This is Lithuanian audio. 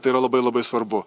tai yra labai labai svarbu